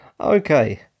Okay